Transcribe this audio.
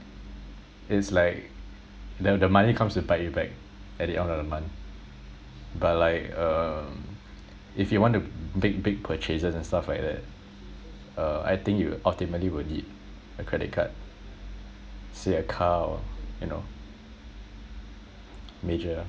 it's like the the money comes to bite you back at the end of the month but like uh if you want to make big purchases and stuff like that uh I think you ultimately will need a credit card say a car or you know major